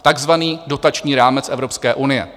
Takzvaný dotační rámec Evropské unie.